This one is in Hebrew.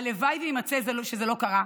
הלוואי שיימצא שזה לא קרה,